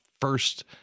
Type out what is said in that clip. first